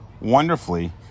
wonderfully